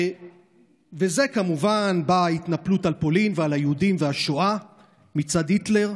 ואז כמובן באה ההתנפלות על פולין ועל היהודים והשואה מצד היטלר,